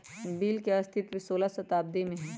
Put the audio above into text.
bill के अस्तित्व सोलह शताब्दी से हइ